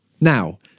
Now